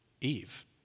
Eve